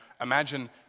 imagine